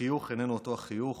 החיוך איננו אותו החיוך,